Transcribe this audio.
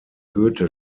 goethe